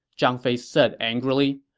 zhang fei said angrily.